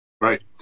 Right